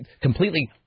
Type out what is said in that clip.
completely